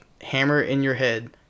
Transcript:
hammer-in-your-head